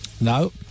No